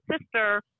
sister